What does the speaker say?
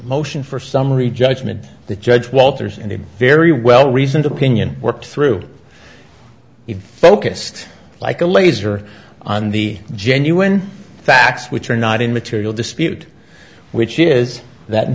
motion for summary judgment the judge walters in a very well reasoned opinion worked through you've focused like a laser on the genuine facts which are not in material dispute which is that in